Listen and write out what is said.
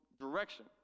direction